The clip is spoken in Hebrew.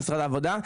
משרד העבודה,